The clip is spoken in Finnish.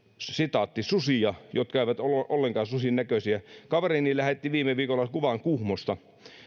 susia jotka eivät ole ollenkaan susien näköisiä kaverini lähetti viime viikolla kuvan kuhmosta